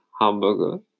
hamburger